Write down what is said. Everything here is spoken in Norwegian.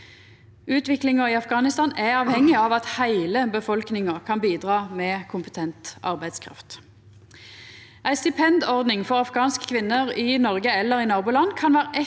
Utviklinga i Afghanistan er avhengig av at heile befolkninga kan bidra med kompetent arbeidskraft. Ei stipendordning for afghanske kvinner i Noreg eller i naboland